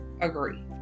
agree